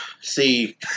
See